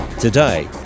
Today